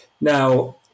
Now